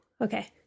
okay